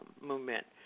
movement